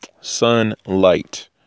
Sunlight